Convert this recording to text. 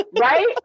right